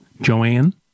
Joanne